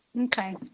okay